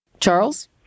Charles